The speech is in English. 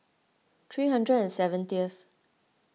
three hundred and seventieth